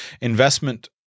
investment